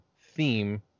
theme